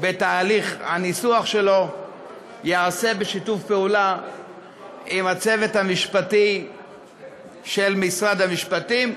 בתהליך הניסוח שלו ייעשה בשיתוף פעולה עם הצוות המשפטי של משרד המשפטים.